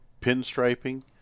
pinstriping